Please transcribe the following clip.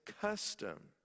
custom